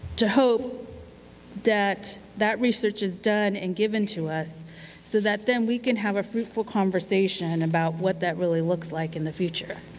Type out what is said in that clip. to hope that that research is done and given to us so that then we can have a fruitful conversation about what that really looks like in the future.